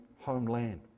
homeland